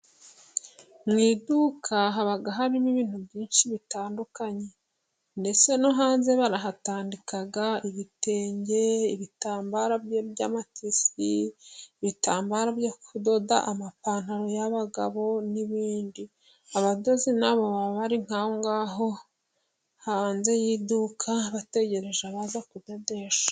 Mu iduka haba harimo ibintu byinshi bitandukanye. Ndetse no hanze barahatandika ibitenge, ibitambaro by'amatisi, ibitambaro byo kudoda amapantaro y'abagabo n'ibindi. Abadozi na bo baba bari nk'aho hanze y'iduka, bategereje abaza kudodesha.